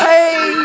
Hey